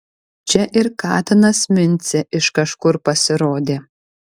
čia ir katinas mincė iš kažkur pasirodė